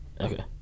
Okay